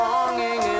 Longing